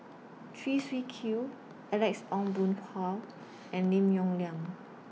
Chew Swee Kee Alex Ong Boon Hau and Lim Yong Liang